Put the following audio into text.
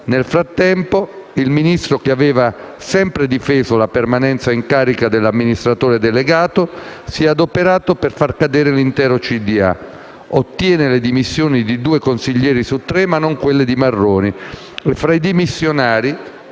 Nel frattempo, il Ministro che aveva sempre difeso la permanenza in carica dell'amministratore delegato, si è adoperato per far cadere l'intero consiglio di amministrazione, ottenendo le dimissioni di due consiglieri su tre, ma non quelle di Marroni.